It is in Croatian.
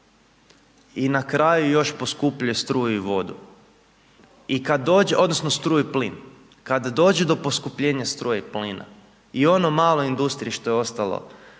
i na kraju još poskupljuje struju i vodu, odnosno, struju i plin. Kada dođe do poskupljenja struje i plina i ono male industrije što je ostalo